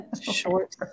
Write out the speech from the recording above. Short